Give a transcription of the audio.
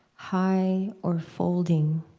high or folding,